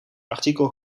artikel